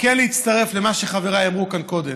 כן להצטרף למה שחבריי אמרו כאן קודם,